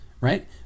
right